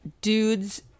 dudes